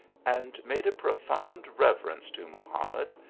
and made a profound reverence to mohamed,